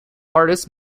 artist